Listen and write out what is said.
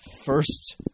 first